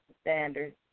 standards